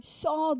saw